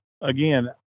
again